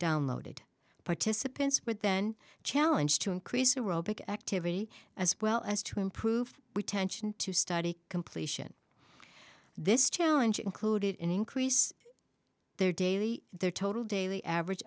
downloaded participants would then challenge to increase aerobics activity as well as to improve retention to study completion this challenge included increase their daily their total daily average